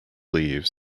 leaves